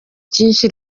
cyinshi